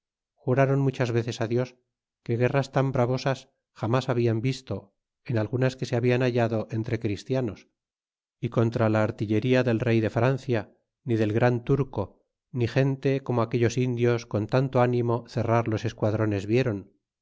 jurron muchas veces dios que guerras tan bravosas jamas habian visto en algunas que se hablan hallado entre christianos y contra la artillería del rey de francia ni del gran turco ni gente como aquellos indios con tanto ánimo cerrar los esquadrones